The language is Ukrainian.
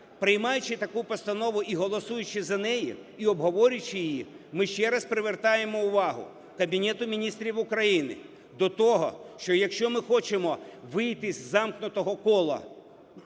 Приймаючи таку постанову і голосуючи за неї, і обговорюючи її, ми ще раз привертаємо увагу Кабінету Міністрів України до того, що якщо ми хочемо вийти із замкнутого кола